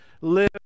live